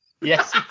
Yes